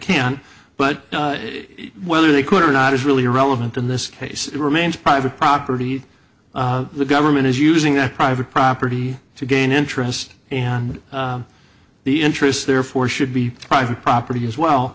can but whether they could or not is really irrelevant in this case remains private property the government is using private property to gain interest and the interest therefore should be private property as well